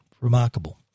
Remarkable